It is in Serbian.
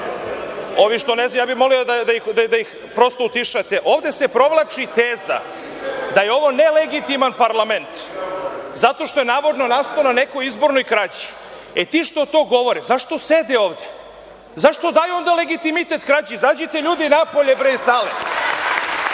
što ne znaju, ja bih molio da ih utišate. Ovde se provlači teza da je ovo nelegitiman parlament, zato što je navodno nastao na nekoj izbornoj krađi. E, ti što to govore, zašto sede ovde? Zašto daju onda legitimitet krađi? Izađite, ljudi, napolje iz sale,